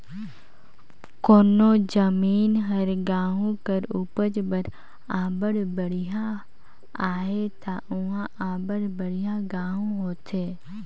कोनो जमीन हर गहूँ कर उपज बर अब्बड़ बड़िहा अहे ता उहां अब्बड़ बढ़ियां गहूँ होथे